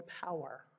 power